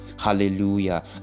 hallelujah